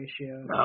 ratio